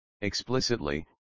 Explicitly